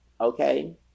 okay